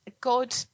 God